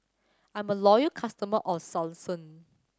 I'm a loyal customer of Selsun